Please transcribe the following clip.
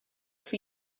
for